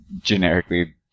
generically